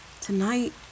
tonight